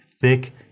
thick